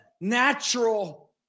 natural